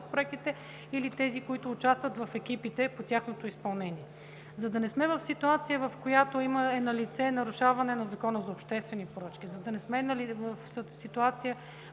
проектите или тези, които участват в екипите по тяхното изпълнение. За да не сме в ситуация, в която е налице нарушаване на Закона за обществените поръчки, за да не сме в ситуация,